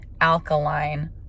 alkaline